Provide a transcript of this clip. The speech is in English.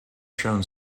shown